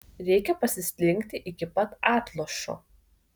reikia pasislinkti iki pat atlošo